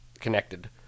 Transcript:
connected